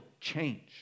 change